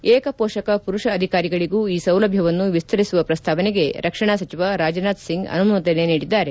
ಏಕ ಪೋಷಕ ಪುರುಷ ಅಧಿಕಾರಿಗಳಿಗೂ ಈ ಸೌಲಭ್ಧವನ್ನು ವಿಸ್ತರಿಸುವ ಪ್ರಸ್ತಾವನೆಗೆ ರಕ್ಷಣಾ ಸಚಿವ ರಾಜನಾಥ್ ಸಿಂಗ್ ಅನುಮೋದನೆ ನೀಡಿದ್ದಾರೆ